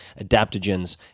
adaptogens